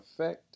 effect